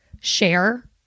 share